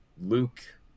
Luke